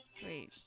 sweet